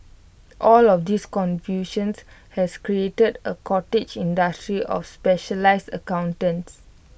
all of this confusions has created A cottage industry of specialised accountants